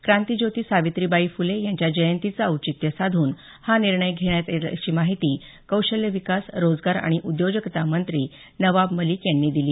क्रांतिज्योती सावित्रीबाई फुले यांच्या जयंतीचं औचित्य साधून हा निर्णय घेतल्याची माहिती कौशल्य विकास रोजगार आणि उद्योजकता मंत्री नवाब मलिक यांनी दिली